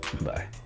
Bye